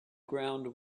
ground